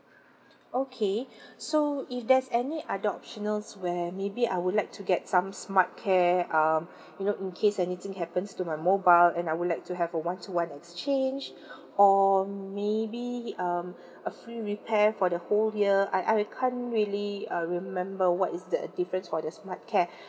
okay so if there's any other optionals where maybe I would like to get some smart care uh you know in case anything happens to my mobile and I would like to have a one to one exchange or maybe um a free repair for the whole year I I can't really uh remember what is the difference for the smart care